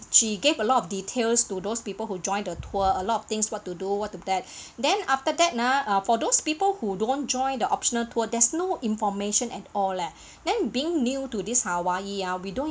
she gave a lot of details to those people who joined the tour a lot things what to do what to that then after that ah uh for those people who don't join the optional tour there's no information at all leh then being new to this hawaii ah we don't